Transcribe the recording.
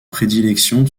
prédilection